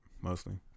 mostly